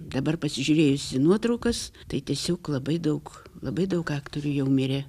dabar pasižiūrėjus į nuotraukas tai tiesiog labai daug labai daug aktorių jau mirė